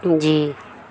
جی